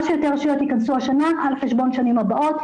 שיותר רשויות ייכנסו השנה על חשבון השנים הבאות,